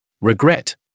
Regret